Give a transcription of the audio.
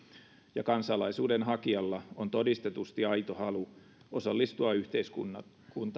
ja kansalaisuuden hakijalla on todistetusti aito halu osallistua yhteiskuntamme